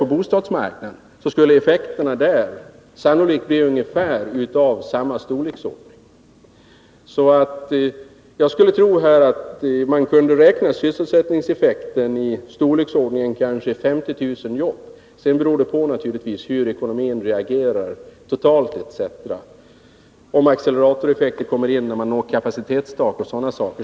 På bostadsmarknaden skulle effekterna av förslaget sannolikt bli av ungefär samma storleksordning. Jag skulle tro att man kunde räkna sysselsättningseffekten i storleksordningen 50 000 jobb. Sedan beror det naturligtvis på hur ekonomin reagerar totalt, om acceleratoreffekten kommer in, när man når kapacitetstak och sådana saker.